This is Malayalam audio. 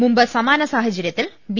മുമ്പ് സമാന സാഹചര്യത്തിൽ ബി